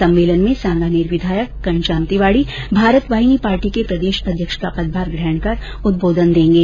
सम्मेलन में सांगानेर विधायक घनश्याम तिवाडी भारत वाहिनी पार्टी के प्रदेश अध्यक्ष का पदभार ग्रहण कर उद्बोधन देंगे